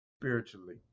spiritually